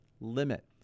limit